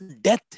death